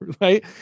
Right